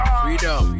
freedom